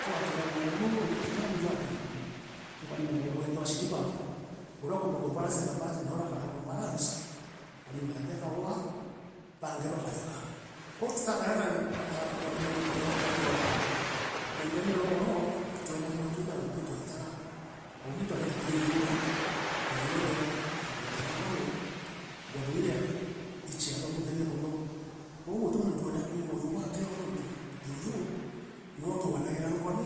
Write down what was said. Twatuura muuguo njireene jwateendera tukaringa nyamu yeetagwa siliba urea ukoomba kubalance akabalance na urea akarea kubalnce akariuga nthi akagwaa baangi bukatheka kwa tutakaraa na na na uthao na ndeene ya ugoro itwethagirwa twina ngugi twaitaga o muuntu agoota kiri ujuwe ujuuwe nee aamugenera ngono ngono irea icheathomithagia mono kwou utii muuntu weenda kwigua ujuwe atio nontu juuju nowe uteganaira ngonno